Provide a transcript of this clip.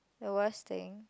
the worst thing